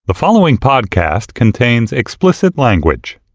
the following podcast contains explicit language